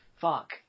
Fuck